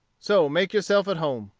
so make yourself at home.